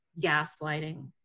gaslighting